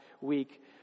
week